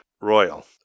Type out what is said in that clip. Royal